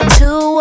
two